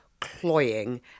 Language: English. cloying